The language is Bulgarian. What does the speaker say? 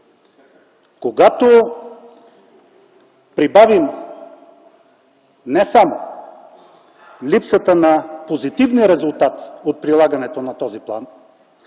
Когато прибавим не само липсата на позитивния резултат от прилагането на този план,